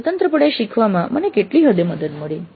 સ્વતંત્રપણે શીખવામાં મને કેટલી હદે મદદ મળી